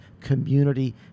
community